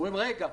אומרים רגע,